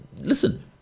Listen